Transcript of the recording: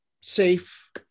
safe